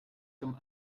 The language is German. zum